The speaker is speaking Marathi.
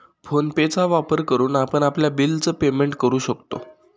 फोन पे चा वापर करून आपण आपल्या बिल च पेमेंट करू शकतो